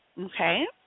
okay